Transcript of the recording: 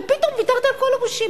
ופתאום ויתרת על כל הגושים.